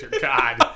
God